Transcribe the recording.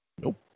Nope